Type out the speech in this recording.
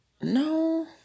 No